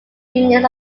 units